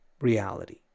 reality